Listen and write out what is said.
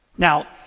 Now